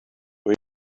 way